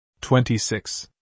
26